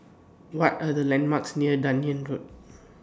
What Are The landmarks near Dunearn Road